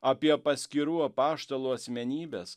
apie paskirų apaštalų asmenybes